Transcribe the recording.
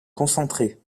concentrés